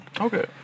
Okay